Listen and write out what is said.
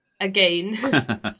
Again